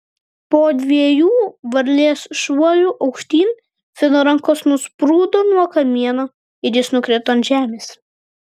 po dviejų varlės šuolių aukštyn fino rankos nusprūdo nuo kamieno ir jis nukrito ant žemės